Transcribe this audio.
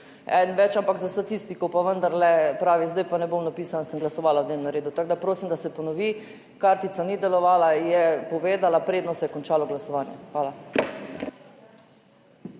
eden več, ampak za statistiko pa vendarle. Pravi, zdaj pa ne bom napisana, da sem glasovala o dnevnem redu. Tako da prosim, da se ponovi. Kartica ni delovala, je povedala, preden se je končalo glasovanje. Hvala.